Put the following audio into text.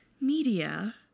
media